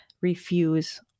refuse